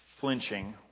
flinching